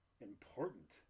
important